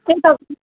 त्यही त